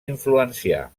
influenciar